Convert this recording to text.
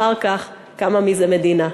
אחר כך קמה מזה מדינה.